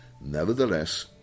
Nevertheless